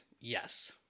yes